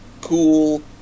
cool